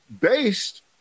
based